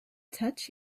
touch